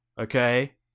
Okay